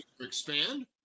Expand